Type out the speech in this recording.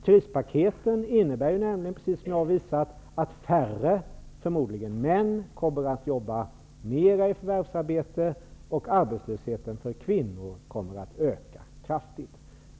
Krispaketen innebär nämligen att, som jag tidigare visade, färre -- förmodligen män -- kommer att jobba mer i förvärvsarbete, medan arbetslösheten för kvinnor kommer att öka kraftigt.